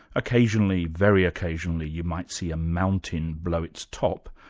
occasionally, very occasionally, you might see a mountain blow its top,